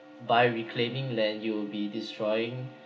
by reclaiming land you'll be destroying